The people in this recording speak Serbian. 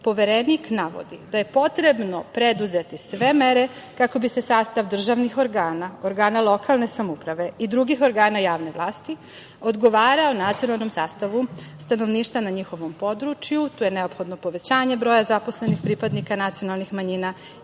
Poverenik navodi da je potrebno preduzeti sve mere kako bi se sastav državnih organa, organa lokalne samouprave i drugih organa javne vlasti odgovarao nacionalnom sastavu stanovništva na njihovom području. Tu je neophodno povećanje broja zaposlenih pripadnika nacionalnih manjina, njihovim